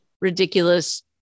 ridiculous